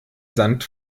sand